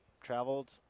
traveled